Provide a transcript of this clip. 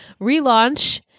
Relaunch